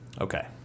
Okay